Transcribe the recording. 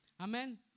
Amen